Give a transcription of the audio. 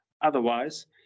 Otherwise